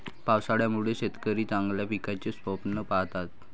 पावसाळ्यामुळे शेतकरी चांगल्या पिकाचे स्वप्न पाहतात